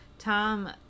Tom